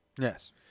Yes